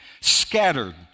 scattered